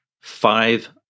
five